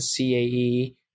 CAE